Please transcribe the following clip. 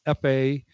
FA